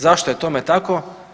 Zašto je tome tako?